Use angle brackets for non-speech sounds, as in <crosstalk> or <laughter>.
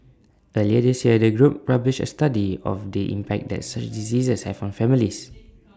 earlier this year the group published A study of the impact that such diseases have on families <noise>